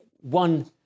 one